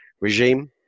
regime